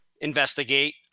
investigate